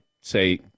say